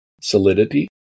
solidity